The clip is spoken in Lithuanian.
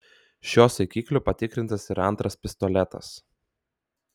šiuo saikikliu patikrintas ir antras pistoletas